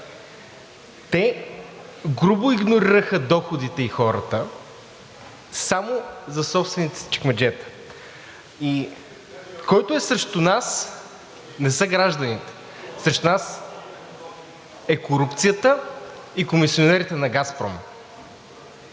Те грубо игнорираха доходите и хората, само за собствените си чекмеджета. И срещу нас не са гражданите, срещу нас е корупцията и комисионерите на „Газпром“.